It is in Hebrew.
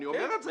אני אומר את זה.